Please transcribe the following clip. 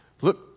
Look